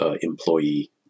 employee